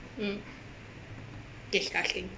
mm disgusting